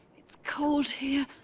it's cold here,